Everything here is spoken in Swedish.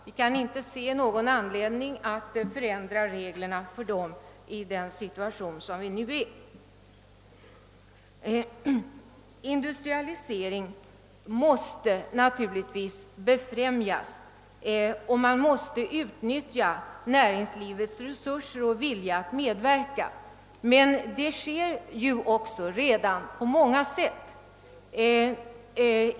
Vi kan inte se någon anledning att ändra reglerna i den situation som vi nu är i. Industrialiseringen måste naturligtvis befrämjas, och man måste utnyttja näringslivets resurser och vilja att medverka, men det sker ju redan på många sätt.